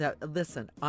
Listen